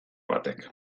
batek